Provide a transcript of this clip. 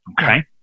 okay